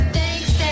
Thanks